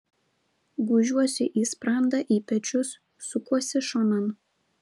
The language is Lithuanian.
gūžiuosi į sprandą į pečius sukuosi šonan